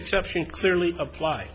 exception clearly apply